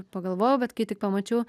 pagalvojau bet kai tik pamačiau